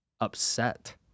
upset